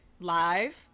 live